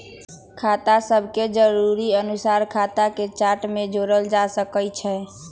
खता सभके जरुरी अनुसारे खता के चार्ट में जोड़ल जा सकइ छै